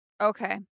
Okay